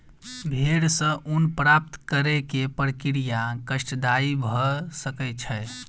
भेड़ सॅ ऊन प्राप्त करै के प्रक्रिया कष्टदायी भ सकै छै